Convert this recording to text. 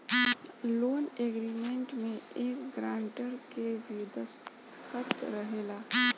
loan agreement में एक grantor के भी दस्तख़त रहेला